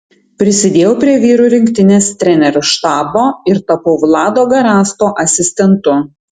prisidėjau prie vyrų rinktinės trenerių štabo ir tapau vlado garasto asistentu